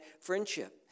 friendship